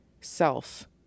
self